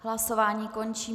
Hlasování končím.